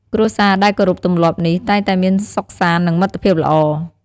គ្រួសារដែលគោរពទម្លាប់នេះ តែងតែមានសុខសាន្ត និងមិត្តភាពល្អ។